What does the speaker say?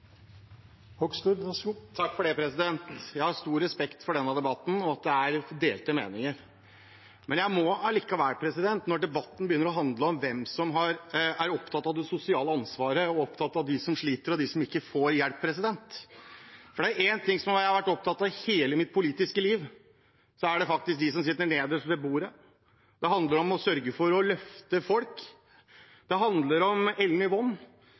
Jeg har stor respekt for denne debatten og for at det er delte meninger. Likevel, når debatten begynner å handle om hvem som er opptatt av det sosiale ansvaret, av dem som sliter, og av dem som ikke får hjelp: Er det én ting jeg har vært opptatt av hele mitt politiske liv, er det faktisk dem som sitter nederst ved bordet. Det handler om å sørge for å løfte folk. Det handler om